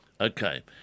Okay